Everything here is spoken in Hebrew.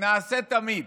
נעשה תמיד.